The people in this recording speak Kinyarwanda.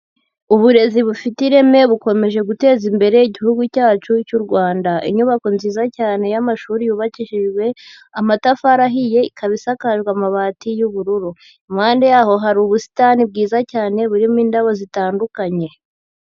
Uburezi bufite ireme bukomeje guteza imbere igihugu cyacu cy'u Rwanda. Inyubako nziza cyane y'amashuri yubakishijwe amatafari ahiye, ikaba isakajwe amabati y'ubururu. Impande yaho hari ubusitani bwiza cyane burimo indabo zitandukanye.